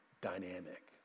dynamic